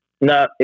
No